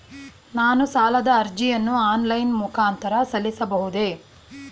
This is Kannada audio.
ನಾನು ಸಾಲದ ಅರ್ಜಿಯನ್ನು ಆನ್ಲೈನ್ ಮುಖಾಂತರ ಸಲ್ಲಿಸಬಹುದೇ?